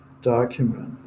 document